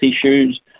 issues